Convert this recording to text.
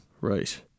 Right